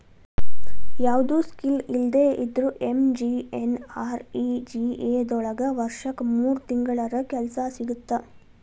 ಯಾವ್ದು ಸ್ಕಿಲ್ ಇಲ್ದೆ ಇದ್ರೂ ಎಂ.ಜಿ.ಎನ್.ಆರ್.ಇ.ಜಿ.ಎ ದೊಳಗ ವರ್ಷಕ್ ಮೂರ್ ತಿಂಗಳರ ಕೆಲ್ಸ ಸಿಗತ್ತ